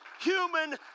human